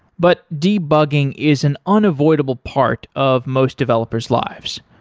but debugging is an unavoidable part of most developers' lives.